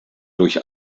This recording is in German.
durch